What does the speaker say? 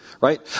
right